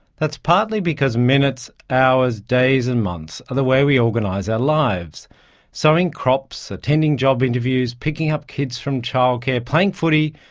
that's partly because minutes, hours, days and months are the way we organise our lives sowing crops, attending job interviews, picking up kids from child care, playing footy,